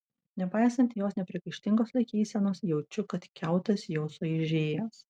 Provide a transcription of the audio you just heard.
nepaisant jos nepriekaištingos laikysenos jaučiu kad kiautas jau suaižėjęs